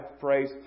phrase